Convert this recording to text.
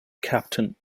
captain